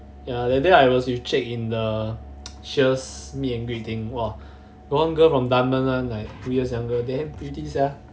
ya that day I was with chek in the sheares meet and greet thing !wah! got one girl from dunman one two years younger damn pretty sia